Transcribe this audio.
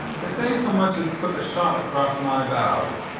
if they so much as put a shot across my bows,